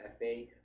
FA